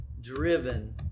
driven